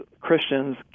Christians